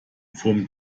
vom